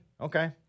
Okay